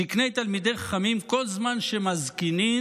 זקני תלמידי חכמים, כל זמן שמזקינין,